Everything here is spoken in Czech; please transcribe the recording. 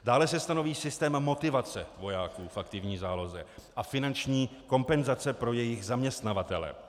Dále se stanoví systém motivace vojáků v aktivní záloze a finanční kompenzace pro jejich zaměstnavatele.